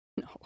No